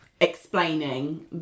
explaining